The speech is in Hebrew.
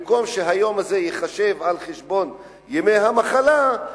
במקום שהיום הזה ייחשב על חשבון ימי המחלה,